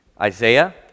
Isaiah